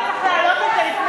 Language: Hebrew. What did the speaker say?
היית צריך להעלות את זה,